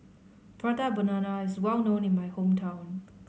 Prata Banana is well known in my hometown